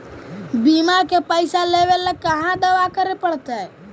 बिमा के पैसा लेबे ल कहा दावा करे पड़तै?